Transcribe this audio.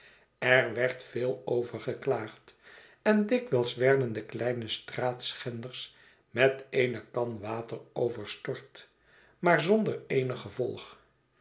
er werd veel over geklaagd en dikwijls werden de kleine straatschenders met eene kan water overstort inaar zonder eenig gevolg